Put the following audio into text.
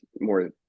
more